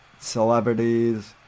celebrities